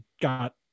got